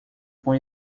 com